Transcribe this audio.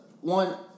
one